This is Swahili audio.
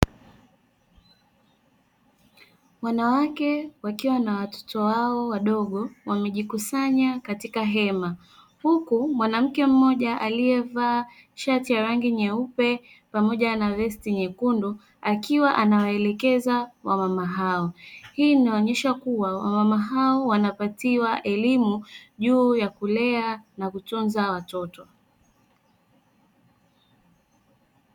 Wanawake wakiwa na watoto wao wadogo wamejikusanya katika hema. Huku, mwanamke mmoja aliyevalia shati la rangi nyeupe pamoja na vesti nyekundu akiwa anawaelekeza wa mama hawa. Hii inaonyesha kuwa wamama hawa wanapatiwa elimu juu ya kulea na kutunza watoto.